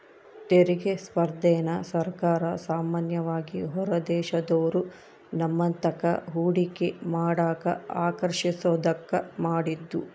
ತೆರಿಗೆ ಸ್ಪರ್ಧೆನ ಸರ್ಕಾರ ಸಾಮಾನ್ಯವಾಗಿ ಹೊರದೇಶದೋರು ನಮ್ತಾಕ ಹೂಡಿಕೆ ಮಾಡಕ ಆಕರ್ಷಿಸೋದ್ಕ ಮಾಡಿದ್ದು